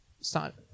start